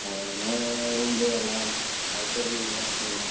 அதனால் ரூம்லே எல்லாம் பார்த்து நீங்கள் தான் சொல்லணும்